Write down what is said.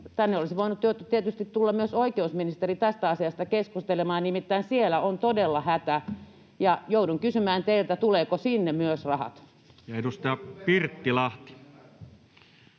tänne olisi voinut tietysti tulla myös oikeusministeri tästä asiasta keskustelemaan, nimittäin siellä on todella hätä — ja joudun kysymään teiltä, ministeri, tuleeko sinne myös rahat? [Speech 62] Speaker: